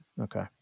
Okay